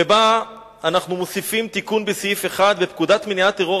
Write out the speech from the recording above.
ובה אנחנו מוסיפים תיקון לפקודת מניעת טרור,